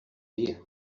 día